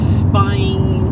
buying